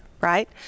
Right